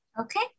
Okay